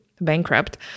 bankrupt